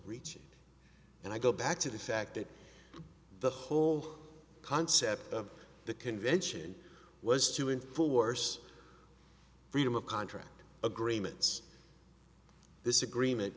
reaching and i go back to the fact that the whole concept of the convention was to enforce freedom of contract agreements this agreement